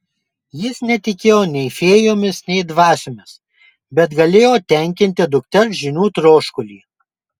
jis netikėjo nei fėjomis nei dvasiomis bet galėjo tenkinti dukters žinių troškulį